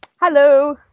Hello